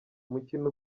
umukino